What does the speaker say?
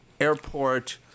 Airport